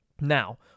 Now